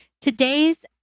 today's